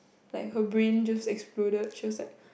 like her brain just exploded she was like